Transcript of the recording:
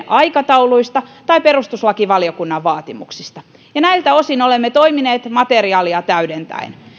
aikatauluista tai perustuslakivaliokunnan vaatimuksista ja näiltä osin olemme toimineet materiaalia täydentäen